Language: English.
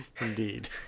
Indeed